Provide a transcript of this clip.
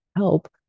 help